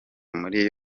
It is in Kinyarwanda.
muri